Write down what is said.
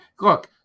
look